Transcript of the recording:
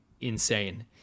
insane